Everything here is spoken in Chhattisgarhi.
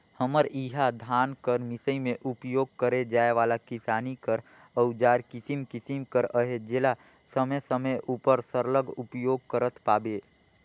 हमर इहा धान कर मिसई मे उपियोग करे जाए वाला किसानी कर अउजार किसिम किसिम कर अहे जेला समे समे उपर सरलग उपियोग करत पाबे